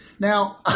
Now